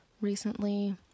recently